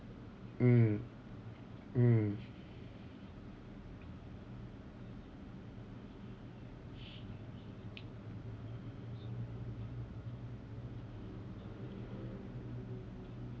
mm mm